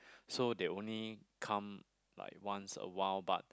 so they only come like once a while but